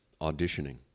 auditioning